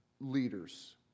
leaders